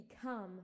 become